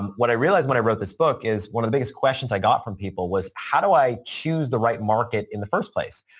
what i realized when i wrote this book is one of the biggest questions i got from people was how do i choose the right market in the first place?